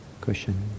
cushion